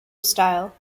style